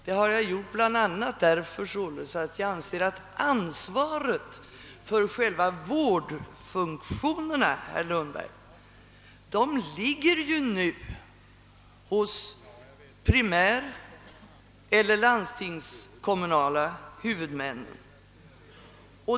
Det har jag gjort bl.a. av den anledningen att ansvaret för själva vårdfunktionerna, herr Lundberg, nu ligger hos primäreller landstingskommunala huvudmän.